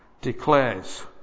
Declares